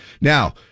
now